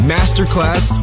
Masterclass